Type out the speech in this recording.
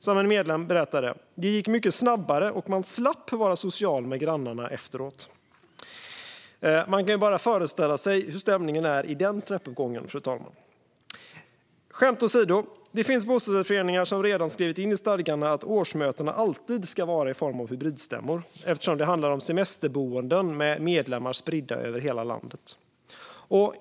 Som en medlem berättade: Det gick mycket snabbare, och man slapp vara social med grannarna efteråt. Man kan bara föreställa sig hurdan stämningen är i den trappuppgången, fru talman. Skämt åsido - det finns bostadsrättsföreningar som redan skrivit in i stadgarna att årsmötena alltid ska ske i form av hybridstämmor, eftersom det handlar om semesterboenden med medlemmar spridda över hela landet.